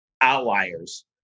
outliers